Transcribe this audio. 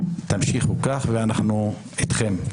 תמשיכו כך ואנחנו איתכם.